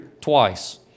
twice